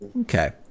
Okay